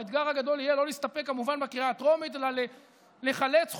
האתגר הגדול יהיה לא להסתפק כמובן בקריאה הטרומית אלא לחלץ חושים,